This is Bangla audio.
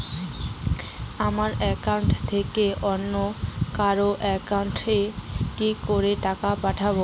আমার একাউন্ট থেকে অন্য কারো একাউন্ট এ কি করে টাকা পাঠাবো?